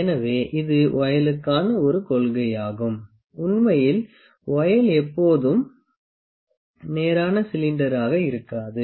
எனவே இது வொயலுக்கான ஒரு கொள்கையாகும் உண்மையில் வொயல் எப்போதும் நேரான சிலிண்டராக இருக்காது